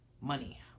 money